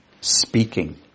speaking